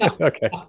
okay